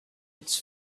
its